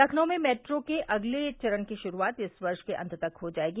लखनऊ में मेट्रो के अगले चरण की शुरूआत इस वर्ष के अंत तक हो जायेगी